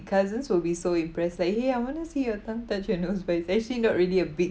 cousins will be so impressed like !hey! I want to see your tongue touch your nose but it's actually not really a big